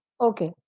okay